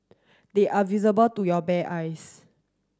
they are visible to your bare eyes